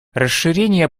расширение